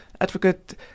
Advocate